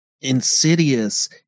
Insidious